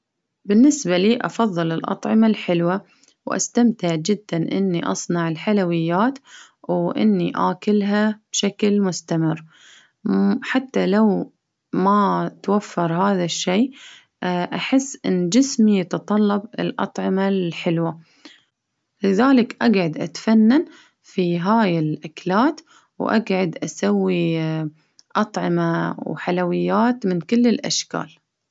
بالنسبة لي أفظل الأطعمة الحلوة، واستمتع جدا إني أصنع الحلويات، وإني آكلها بشكل مستمر، م- حتى لو ما توفر هذا الشي أحس إن جسمي يتطلب الأطعمة الحلوة، لذلك أقعد أتفنن في هاي الاكلات، وأقعد أسوي أطعمة وحلويات من كل الأشكال.